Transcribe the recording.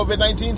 COVID-19